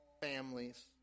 families